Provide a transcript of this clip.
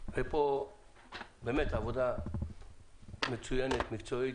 פה באמת הייתה עבודה מצוינת ומקצועית.